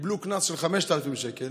קיבל קנס של 5,000 שקל.